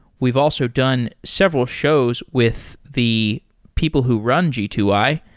we've also done several shows with the people who run g two i,